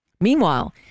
Meanwhile